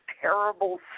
terrible